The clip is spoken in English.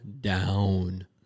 down